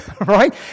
right